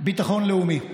ביטחון לאומי.